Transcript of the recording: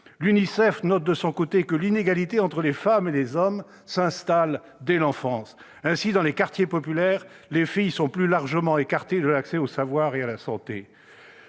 L'UNICEF note de son côté que l'inégalité entre les femmes et les hommes s'installe dès l'enfance. Ainsi, dans les quartiers populaires, les filles sont plus largement écartées de l'accès au savoir et à la santé.